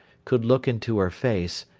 could look into her face,